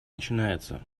начинается